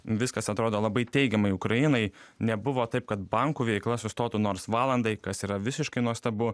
viskas atrodo labai teigiamai ukrainai nebuvo taip kad bankų veikla sustotų nors valandai kas yra visiškai nuostabu